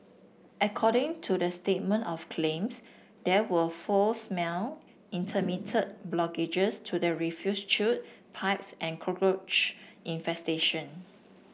according to the statement of claims there were foul smell intermittent blockages to the refuse chute pipes and cockroach infestation